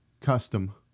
custom